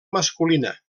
masculina